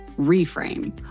reframe